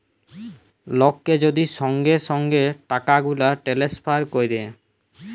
লককে যদি সঙ্গে সঙ্গে টাকাগুলা টেলেসফার ক্যরে